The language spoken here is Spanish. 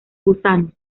gusanos